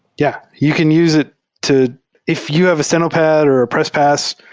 yeah. you can use it to if you have a steno pad or a press pass,